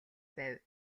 байв